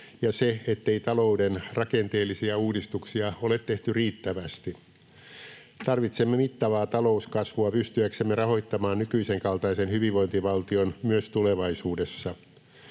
ja se, ettei talouden rakenteellisia uudistuksia ole tehty riittävästi. Tarvitsemme mittavaa talouskasvua pystyäksemme rahoittamaan nykyisen kaltaisen hyvinvointivaltion myös tulevaisuudessa.